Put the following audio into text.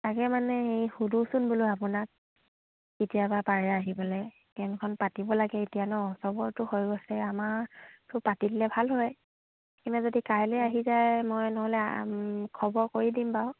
তাকে মানে এই সোধোচোন বোলো আপোনাক কেতিয়াবা পাৰে আহিবলৈ পাতিব লাগে এতিয়া নহ চবৰেটো হৈ গৈছে আমাৰটোও পাতি দিলে ভাল হয় কিবা যদি কাইলৈ আহি যায় মই নহ'লে খবৰ কৰি দিম বাৰু